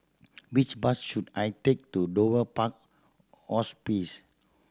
which bus should I take to Dover Park Hospice